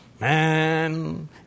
Man